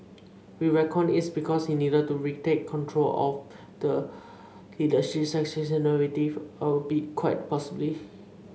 we reckon it's because he needed to retake control of the leadership succession narrative a bit quite possibly